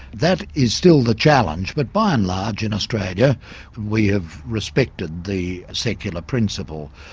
that is still the challenge but by and large in australia we have respected the secular principle.